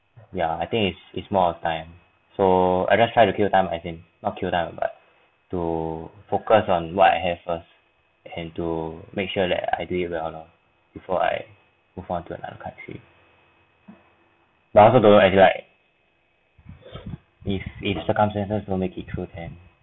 ya I think it's it's more time so I just try to kill time as in not kill time but to focus on what I have first and to make sure that I do it well long before I move on to another country but I also don't know I don't like if if circumstances don't make it through then